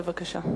בבקשה.